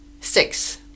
Six